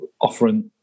offering